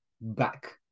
back